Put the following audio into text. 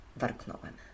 warknąłem